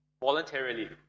voluntarily